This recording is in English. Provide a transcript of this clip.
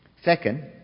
Second